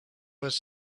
was